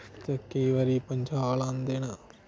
ते केईं बारी भचाल औंदे न